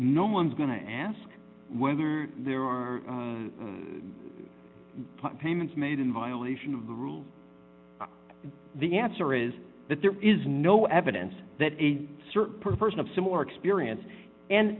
no one's going to ask whether there are payments made in violation of the rules the answer is that there is no evidence that a certain person of similar experience and